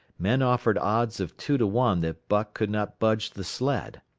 men offered odds of two to one that buck could not budge the sled.